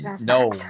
No